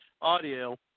audio